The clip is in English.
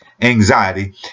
anxiety